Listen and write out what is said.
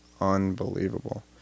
unbelievable